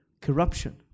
corruption